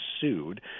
sued